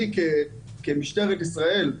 אני כמשטרת ישראל,